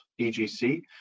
EGC